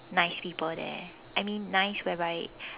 nice people there I mean nice whereby